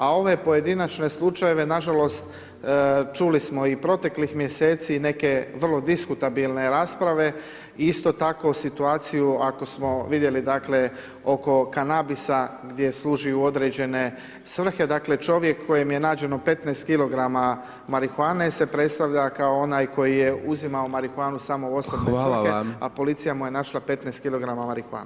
A ove pojedinačne slučajeve, nažalost, čuli smo i proteklih mjeseci neke vrlo diskutabilne rasprave, isto tako situaciju ako smo vidjeli dakle oko kanabisa gdje služi u određene svrhe dakle čovjek kojem je nađeno 15 kg marihuane se predstavlja kao onaj koji je uzimao marihuanu samo u osobne svrhe a policija mu je našla 15 kg marihuane.